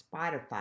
Spotify